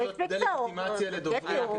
זאת הדרך לעשות דה-לגיטימציה לדוברים כדי להשתיק אותם.